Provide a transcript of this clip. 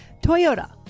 Toyota